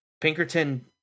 Pinkerton